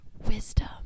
wisdom